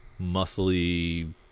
muscly